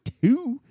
two